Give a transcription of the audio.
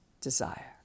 desire